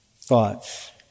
thoughts